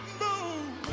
move